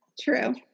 True